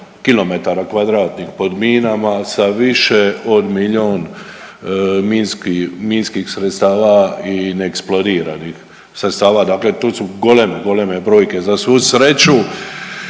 tisuća km2 pod minama sa više od milijun minski, minskih sredstava i neeksplodiranih sredstava, dakle tu su goleme, goleme brojke, za svu sreću